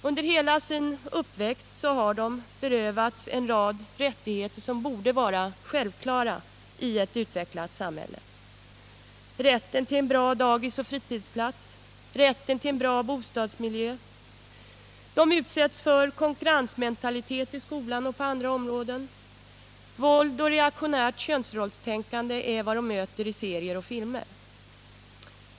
Under hela sin uppväxt har de berövats en rad rättigheter som borde vara självklara i ett utvecklat samhälle. Rätten till en bra dagisoch fritidshemsplats. Rätten till en bra bostadsmiljö. De utsätts för konkurrensmentalitet i skolan och på andra områden. Våld och reaktionärt könsrollstänkande är vad de möter i serier och filmer.